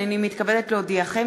הנני מתכבדת להודיעכם,